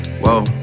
whoa